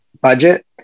budget